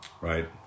Right